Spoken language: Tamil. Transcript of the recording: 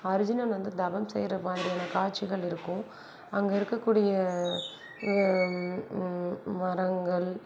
அர்ஜுனன் வந்து தவம் செய்ற மாரிதியான காட்சிகள் இருக்கும் அங்கே இருக்க கூடிய மரங்கள்